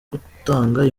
gutanga